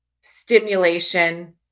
stimulation